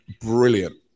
brilliant